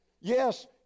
yes